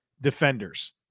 defenders